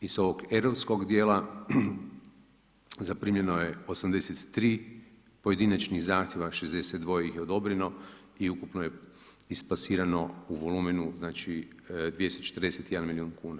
Iz ovog europskog dijela, zaprimljeno je 83 pojedinačnih zahtjeva, 62 ih je odobreno i ukupno je isplasirano u volumenu 241 milijun kuna.